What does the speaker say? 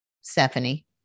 Stephanie